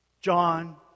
John